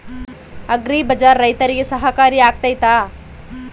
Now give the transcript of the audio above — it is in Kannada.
ಅಗ್ರಿ ಬಜಾರ್ ರೈತರಿಗೆ ಸಹಕಾರಿ ಆಗ್ತೈತಾ?